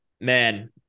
man